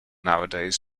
nowadays